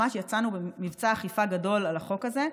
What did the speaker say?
ממש יצאנו במבצע אכיפה גדול על החוק הזה.